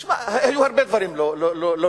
תשמע, היו הרבה דברים לא נעימים